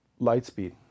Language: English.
Lightspeed